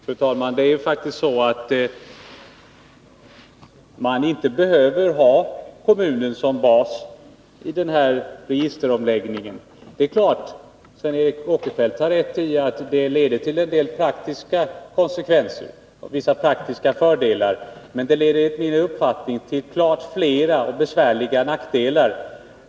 Fru talman! Man behöver faktiskt inte ha kommunen som bas i den här registeromläggningen. Det är klart att Sven Eric Åkerfeldt har rätt i att det leder till en del praktiska fördelar, men det leder enligt min uppfattning till klart fler och mer besvärliga nackdelar.